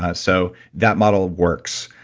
ah so, that model works.